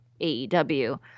AEW